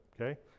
okay